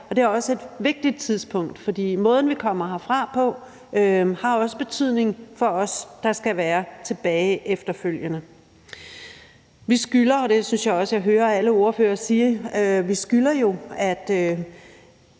Det er også et vigtigt tidspunkt, fordi måden, som vi kommer herfra på, har også betydning for os, der efterfølgende er tilbage. Vi skylder jo, og det synes jeg også jeg hører alle ordførere sige, at vi i forhold til